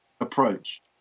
approach